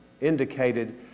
indicated